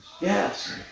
Yes